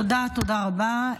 תודה רבה.